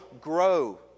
grow